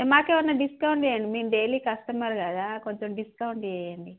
మాకు ఏమన్నా డిస్కౌంట్ చేయండి మేము డైలీ కస్టమర్ కదా కొంచెం డిస్కౌంట్ చేయండి